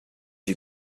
you